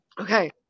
Okay